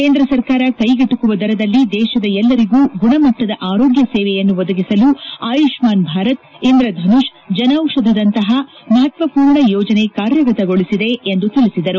ಕೇಂದ್ರ ಸರ್ಕಾರ ಕೈಗೆಟಕುವ ದರದಲ್ಲಿ ದೇಶದ ಎಲ್ಲರಿಗೂ ಗುಣಮಟ್ಟದ ಆರೋಗ್ಯ ಸೇವೆಯನ್ನು ಒದಗಿಸಲು ಆಯುಷ್ಠಾನ್ ಭಾರತ್ ಇಂಧ್ರದನುಷ್ ಜನೌಷಧದಂತಹ ಮಹತ್ವಪೂರ್ಣ ಯೋಜನೆ ಕಾರ್ಯಗತಗೊಳಿಸಿದೆ ಎಂದು ತಿಳಿಸಿದರು